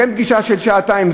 כן פגישה של שעתיים,